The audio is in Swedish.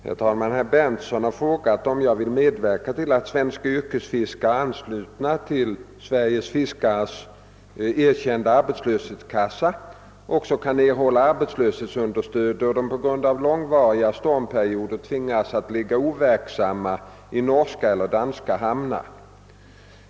Herr talman! Herr Berndtsson har frågat, om jag vill medverka till att svenska yrkesfiskare anslutna till Sveriges fiskares erkända <:arbetslöshetskassa också kan erhålla arbetslöshetsunderstöd, då de på grund av långvariga stormperioder tvingas ligga overksamma i norska eller danska hamnar.